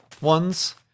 ones